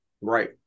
Right